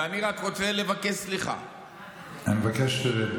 ואני רק רוצה לבקש סליחה בשם, אני מבקש שתרד.